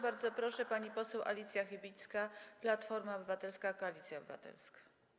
Bardzo proszę, pani poseł Alicja Chybicka, Platforma Obywatelska - Koalicja Obywatelska.